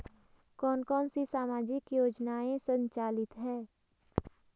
कौन कौनसी सामाजिक योजनाएँ संचालित है?